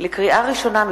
לקריאה ראשונה,